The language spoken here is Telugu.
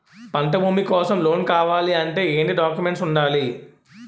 పంట భూమి కోసం లోన్ కావాలి అంటే ఏంటి డాక్యుమెంట్స్ ఉండాలి?